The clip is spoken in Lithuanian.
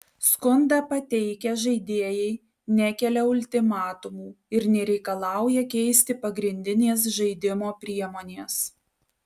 skundą pateikę žaidėjai nekelia ultimatumų ir nereikalauja keisti pagrindinės žaidimo priemonės